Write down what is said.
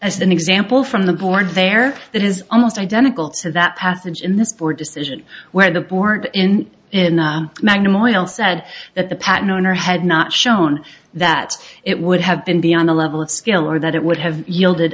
as an example from the board there that is almost identical to that passage in the spore decision when a board in in the magnum oil said that the patent owner had not shown that it would have been beyond a level of skill or that it would have yielded